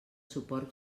suport